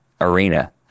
arena